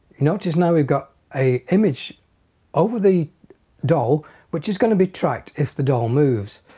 you notice now we've got a image over the doll which is going to be tracked if the doll moves.